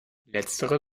letztere